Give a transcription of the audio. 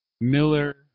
Miller